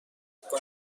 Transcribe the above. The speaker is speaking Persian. مراکش